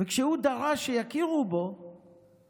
וכשהוא דרש שיכירו בו